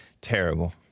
Terrible